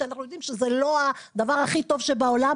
שאנחנו יודעים שזה לא הדבר הכי טוב בעולם,